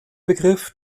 begriff